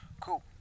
Cool